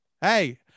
Hey